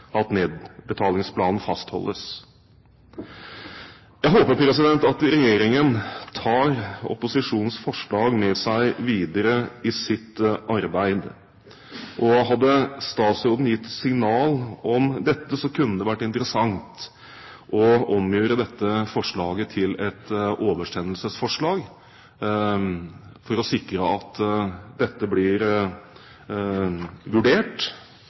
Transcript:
at nedbetalingsplanen fastholdes. Jeg håper at regjeringen tar opposisjonens forslag med seg i sitt videre arbeid, og hadde statsråden gitt et signal om dette, kunne det vært interessant å omgjøre dette forslaget til et oversendelsesforslag, for å sikre at dette blir vurdert